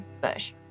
bush